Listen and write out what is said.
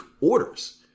orders